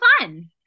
fun